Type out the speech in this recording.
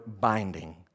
binding